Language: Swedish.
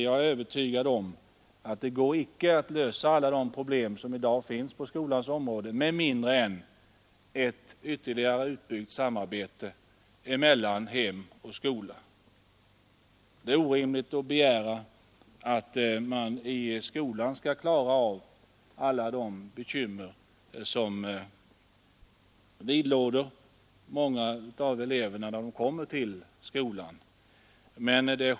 Jag är övertygad om att det icke går att lösa alla de problem, som i dag finns på skolans område, med mindre än att ett ytterligare utbyggt samarbete mellan hem och skola kommer till stånd. Det är orimligt att begära att man i skolan skall klara av alla de bekymmer som tynger många av eleverna när de kommer till skolan.